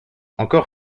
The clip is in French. encore